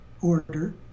order